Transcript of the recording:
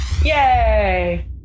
Yay